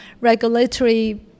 regulatory